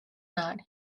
not